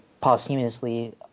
posthumously